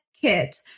kit